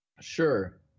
Sure